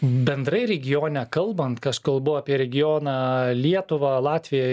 bendrai regione kalbant kai aš kalbu apie regioną lietuvą latviją